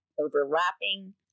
overlapping